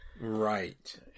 right